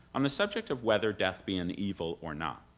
on a subject of whether death be an evil or not.